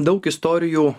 daug istorijų